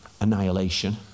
annihilation